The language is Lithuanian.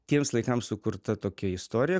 tiems laikams sukurta tokia istorija